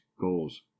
goals